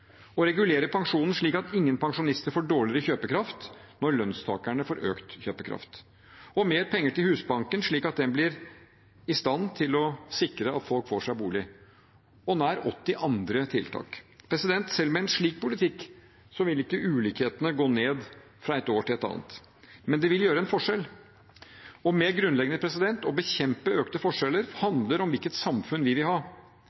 å regulere pensjonen slik at ingen pensjonister får dårligere kjøpekraft når lønnstakerne får økt kjøpekraft, mer penger til Husbanken, slik at den blir i stand til å sikre at folk får seg bolig, og nær 80 andre tiltak. Selv med en slik politikk ville ikke ulikhetene gå ned fra et år til et annet. Men det ville gjøre en forskjell. Og mer grunnleggende: Å bekjempe økte forskjeller handler om hvilket samfunn vi vil ha.